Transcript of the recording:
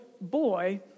boy